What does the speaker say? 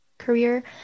career